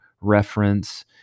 reference